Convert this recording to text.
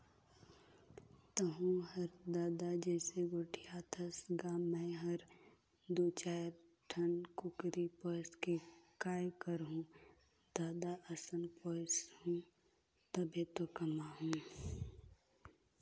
तहूँ हर ददा जइसे गोठियाथस गा मैं हर दू चायर ठन कुकरी पोयस के काय करहूँ जादा असन पोयसहूं तभे तो कमाहूं